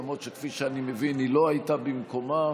למרות שכפי שאני מבין היא לא הייתה במקומה.